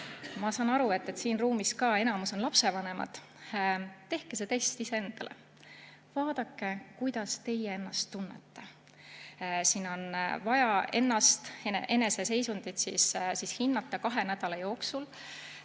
Ma saan aru, et siin ruumis ka enamik on lapsevanemad. Tehke see test iseendale. Vaadake, kuidas teie ennast tunnete. Siin on vaja ennast, enese seisundit hinnata kahe nädala jooksul.